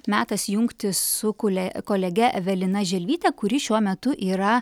metas jungtis su kule kolege evelina želvyte kuri šiuo metu yra